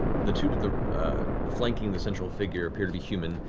the two to the flanking the central figure appear to be human,